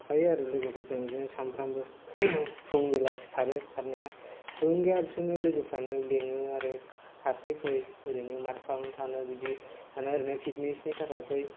खारफायो आरो लोगोफोरजों बिदिनो सानफ्रोमबो फुं बेलासि खारो खारनाया थुलुंगाया बिसोरनो लोगोफ्रानो लेङो आरो खारनोसै फै ओरैनो माथो खालामबाय थानो बिदि होनो आरो ना फिटनेस नि थाखाय फै